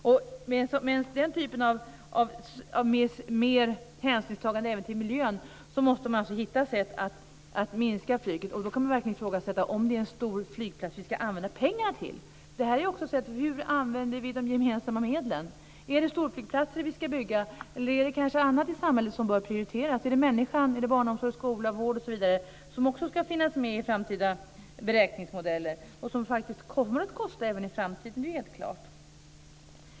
Med den typen av hänsynstagande även till miljön måste man alltså försöka hitta sätt att minska flygets omfattning. Då kan man verkligen ifrågasätta om det är en stor flygplats som vi ska använda pengarna till. Det är en fråga om hur vi använder de gemensamma medlen. Är det storflygplatser vi ska bygga, eller är det kanske annat i samhället som bör prioriteras? Är det människan, barnomsorgen, skolan, vården osv. som också ska finnas med i framtida beräkningsmodeller, och som helt klart kommer att kosta även i framtiden?